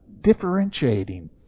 differentiating